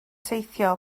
teithio